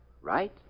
right